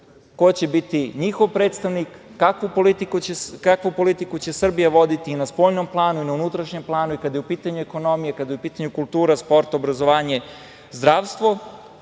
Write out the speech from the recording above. ko će biti njihov predstavnik, kakvu politiku će Srbija voditi i na spoljnom planu i na unutrašnjem planu i kada je u pitanju ekonomija, kada je u pitanju kultura, sport, obrazovanje, zdravstvo.